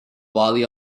body